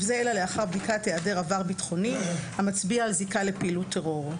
זה אלא לאחר בדיקת היעדר עבר בטחוני המצביע על זיקה לפעילות טרור."